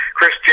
Chris